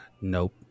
Nope